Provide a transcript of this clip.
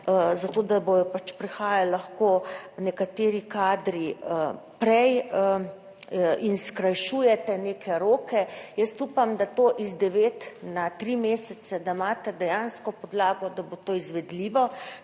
zato, da bodo pač prihajali lahko nekateri kadri prej in skrajšujete neke roke. Jaz upam, da to iz 9 na 3 mesece, da imate dejansko podlago, da bo to izvedljivo.